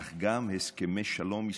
אך גם הסכמי שלום היסטוריים: